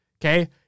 okay